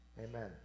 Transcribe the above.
Amen